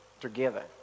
together